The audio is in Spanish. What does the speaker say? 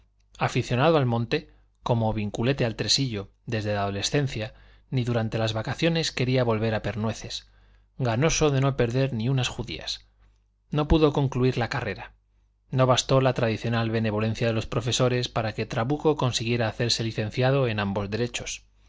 aficionado al monte como vinculete al tresillo desde la adolescencia ni durante las vacaciones quería volver a pernueces ganoso de no perder ni unas judías no pudo concluir la carrera no bastó la tradicional benevolencia de los profesores para que trabuco consiguiera hacerse licenciado en ambos derechos